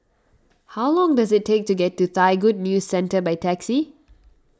how long does it take to get to Thai Good News Centre by taxi